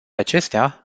acestea